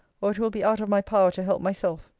or it will be out of my power to help myself.